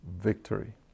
victory